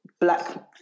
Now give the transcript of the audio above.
black